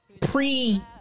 Pre